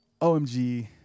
OMG